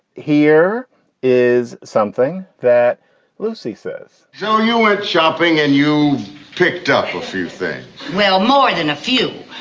here is something that lucy says so you went shopping and you picked up a few things? well, more than a few.